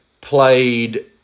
played